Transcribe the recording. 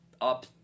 up